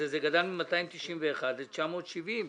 זה גדל מ-291 ל-970,